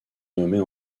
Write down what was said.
nommées